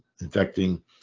infecting